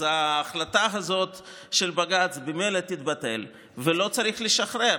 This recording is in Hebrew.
אז ההחלטה הזאת של בג"ץ ממילא תתבטל ולא צריך לשחרר.